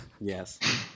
Yes